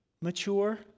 mature